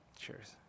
Cheers